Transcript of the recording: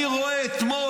אני רואה אתמול